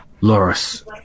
Loris